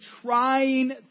trying